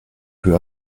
veut